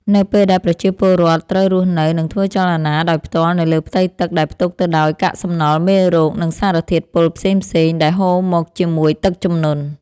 នៅពេលដែលប្រជាពលរដ្ឋត្រូវរស់នៅ និងធ្វើចលនាដោយផ្ទាល់នៅលើផ្ទៃទឹកដែលផ្ទុកទៅដោយកាកសំណល់ មេរោគ និងសារធាតុពុលផ្សេងៗដែលហូរមកជាមួយទឹកជំនន់។